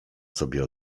sobie